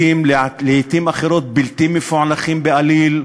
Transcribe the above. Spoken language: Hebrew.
לעתים סולידיים, לעתים אחרות בלתי מפוענחים בעליל?